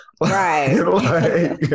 Right